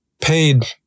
paid